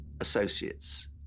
associates